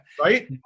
Right